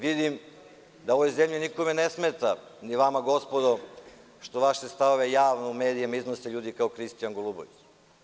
Vidim da u ovoj zemlji nikome ne smeta, ni vama gospodo, što vaše stavove javno u medijima iznose ljudi kao što je Kristijan Golubović.